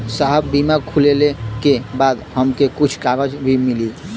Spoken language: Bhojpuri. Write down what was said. साहब बीमा खुलले के बाद हमके कुछ कागज भी मिली?